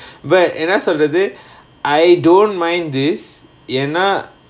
but என்னா சொல்றது:enna solrathu I don't mind this ஏன்னா:yaennaa